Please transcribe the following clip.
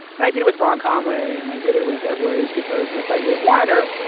and i did it with ron conway, and i did it with evan williams because my friend, dave winer,